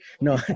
no